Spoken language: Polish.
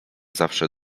zawsze